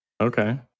Okay